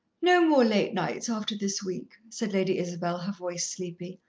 no more late nights after this week, said lady isabel, her voice sleepy.